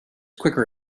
quicker